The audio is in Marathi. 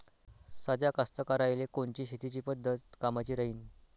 साध्या कास्तकाराइले कोनची शेतीची पद्धत कामाची राहीन?